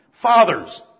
Fathers